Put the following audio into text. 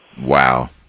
Wow